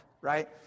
right